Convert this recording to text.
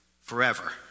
forever